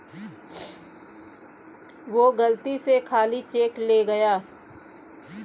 वो गलती से खाली चेक ले गया